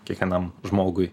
kiekvienam žmogui